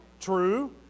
true